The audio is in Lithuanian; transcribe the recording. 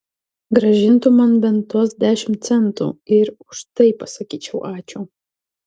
grąžintų man bent tuos dešimt centų ir už tai pasakyčiau ačiū